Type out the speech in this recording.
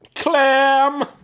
Clam